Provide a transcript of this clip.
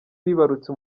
bibarutse